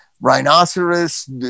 Rhinoceros